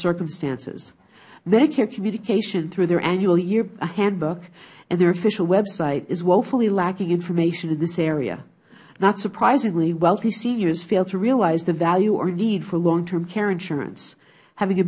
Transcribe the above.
circumstances medicaid communication through their annual handbook and their official website is woefully lacking information in this area not surprisingly wealthy seniors fail to realize the value or need for long term care insurance having a